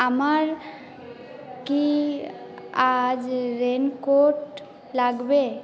আমার কি আজ রেনকোট লাগবে